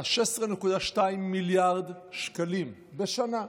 זה 16.2 מיליארד שקלים בשנה.